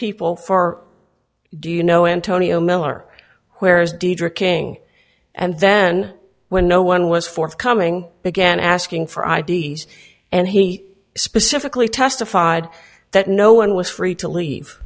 people far do you know antonio miller where's deidre king and then when no one was forthcoming began asking for i d s and he specifically testified that no one was free to leave